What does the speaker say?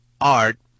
Art